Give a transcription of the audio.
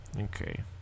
Okay